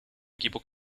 equipo